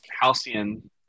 halcyon